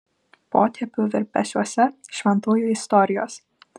potėpių virpesiuose šventųjų istorijos